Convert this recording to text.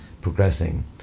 progressing